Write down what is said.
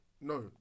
No